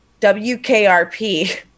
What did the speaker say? WKRP